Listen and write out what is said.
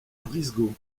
brisgau